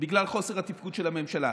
בגלל חוסר התפקוד של הממשלה?